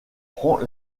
prend